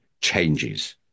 changes